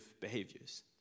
behaviors